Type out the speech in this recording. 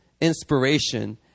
inspiration